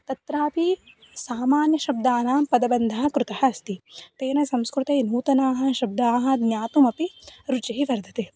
तत्रापि सामान्यशब्दानां पदबन्धः कृतः अस्ति तेन संस्कृते नूतनान् शब्दान् ज्ञातुमपि रुचिः वर्धते